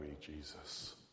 Jesus